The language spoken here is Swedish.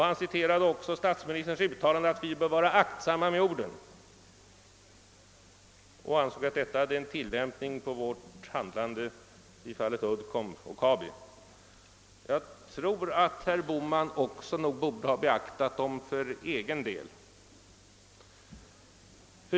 Han citerade också statsministerns uttalande att vi bör vara aktsamma med orden och ansåg att det kunde tillämpas på vårt handlande i fallen Uddcomb och Kabi. Herr Bohman borde nog också ha beaktat det för egen del.